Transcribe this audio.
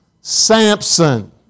Samson